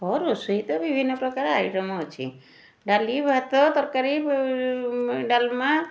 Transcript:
ହଁ ରୋଷେଇ ତ ବିଭିନ୍ନ ପ୍ରକାର ଆଇଟମ୍ ଅଛି ଡାଲି ଭାତ ତରକାରୀ ଡାଲମା